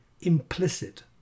implicit